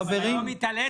חברים.